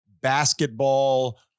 basketball